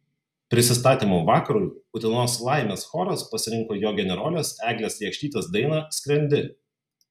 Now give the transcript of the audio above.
prisistatymo vakarui utenos laimės choras pasirinko jo generolės eglės jakštytės dainą skrendi